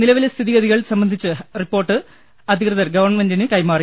നിലവിലെ സ്ഥിതിഗതികൾ സംബ ന്ധിച്ച റിപ്പോർട്ട് അധികൃതർ ഗവൺമെന്റിന് കൈമാറി